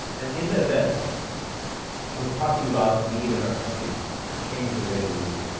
and in the event i was talking about the need in our country to change the way that we lead.